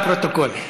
אפשר לפרוטוקול.